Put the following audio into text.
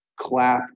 clap